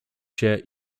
się